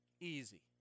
Easy